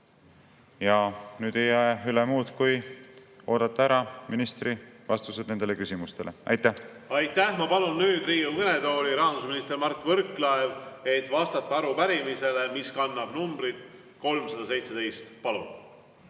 Nüüd ei jää üle muud kui oodata ära ministri vastused nendele küsimustele. Aitäh! Aitäh! Ma palun Riigikogu kõnetooli rahandusminister Mart Võrklaeva, et ta vastaks arupärimisele, mis kannab numbrit 317. Palun!